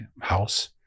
house